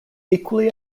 equally